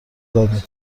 زدیم